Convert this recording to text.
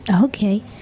Okay